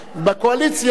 בקואליציה,